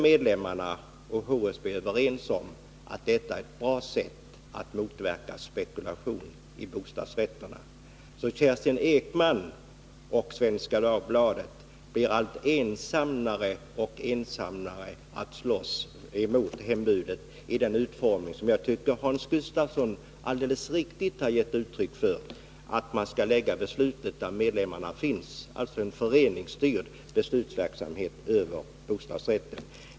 Medlemmarna och HSB:s riksförbund är överens om att detta är ett bra sätt att motverka spekulation i bostadsrätter. Så Kerstin Ekman och Svenska Dagbladet blir allt ensammare om att slåss emot hembudet i den utformning som, tycker jag, Hans Gustafsson alldeles riktigt gav uttryck för när han sade att man skall lägga beslutet där medlemmarna finns — alltså en föreningsstyrd beslutsverksamhet över bostadsrätten.